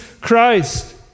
Christ